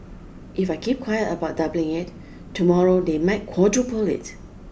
if I keep quiet about doubling it tomorrow they might quadruple it